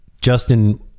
Justin